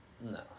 No